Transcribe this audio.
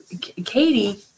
Katie